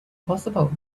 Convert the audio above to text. possible